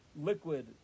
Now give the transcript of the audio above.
liquid